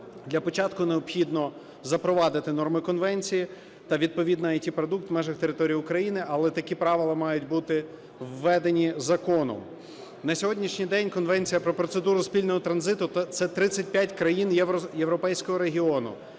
для початку необхідно запровадити норми конвенції та відповідний ІТ-продукт в межах території України, але такі правила мають бути введені законом. На сьогоднішній день Конвенції про процедуру спільного транзиту – це 35 країн європейського регіону,